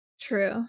True